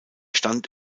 stand